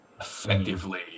effectively